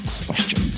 questions